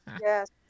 Yes